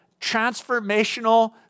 transformational